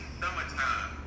summertime